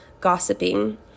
gossiping